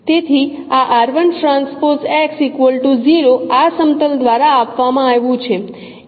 તેથી આ આ સમતલ દ્વારા આપવામાં આવ્યું છે